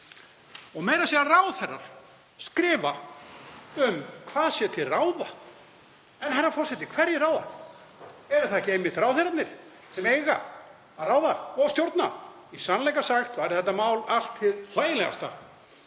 Og meira að segja ráðherrar skrifa um hvað sé til ráða. Herra forseti. Hverjir ráða? Eru það ekki einmitt ráðherrarnir sem eiga að ráða og stjórna? Í sannleika sagt væri þetta mál allt hið hlægilegasta